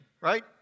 Right